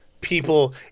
people